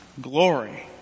Glory